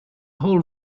whole